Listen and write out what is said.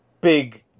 big